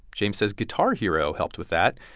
james says guitar hero helped with that.